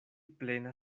plena